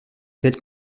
tel